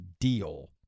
deal